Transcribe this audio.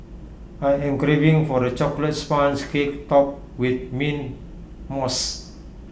I am craving for A Chocolate Sponge Cake Topped with Mint Mousse